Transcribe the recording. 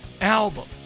album